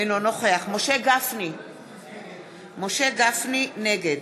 אינו נוכח משה גפני, נגד